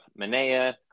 Manea